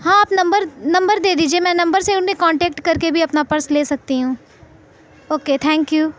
ہاں آپ number number دے دیجیے میں نمبر سے انہیں کانٹکٹ کر کے بھی اپنا پرس لے سکتی ہوں اوکے تھینک یو